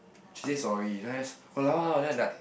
she said sorry the I just !walao! then I like